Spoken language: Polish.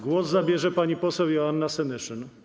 Głos zabierze pani poseł Joanna Senyszyn.